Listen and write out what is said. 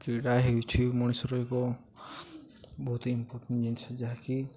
କ୍ରୀଡ଼ା ହେଉଛିି ମଣିଷର ଏକ ବହୁତ ଇମ୍ପୋଟାଣ୍ଟ ଜିନିଷ ଯାହାକି